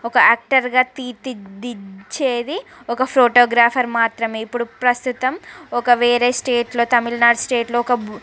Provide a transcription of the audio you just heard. ఒక యాక్టర్గా తీర్చిదిద్దేది ఒక ఫోటోగ్రాఫర్ మాత్రమే ఇప్పుడు ప్రస్తుతం ఒక వేరే స్టేట్లో తమిళనాడు స్టేట్లో ఒక